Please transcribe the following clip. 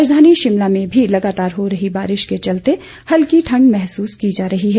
राजधानी शिमला में भी लगातार हो रही बारिश के चलते हल्की ठंड महसूस की जा रही है